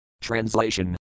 Translation